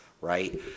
right